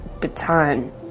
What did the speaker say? baton